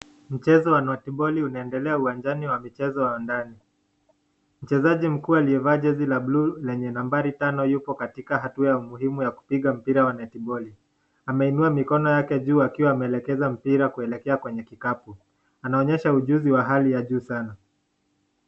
Mchezo wa netiboli unaendelea uwanjani wa mchezo wa ndani. Mchezaji mkuu aliyevaa jezi la blue lenye nambari tano yupo katika hatua muhimu wa kupiga mpira wa netiboli. Ameinua mikono yake juu akiwa ameelekeza mpira kuelekea kwenye kikapu. Anaonyesha ujuzi wa hali ya juu sana.